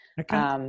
Okay